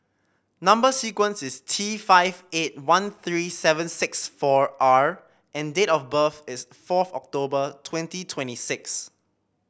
number sequence is T five eight one three seven six four R and date of birth is fourth October twenty twenty six